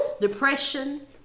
Depression